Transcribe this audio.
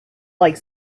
like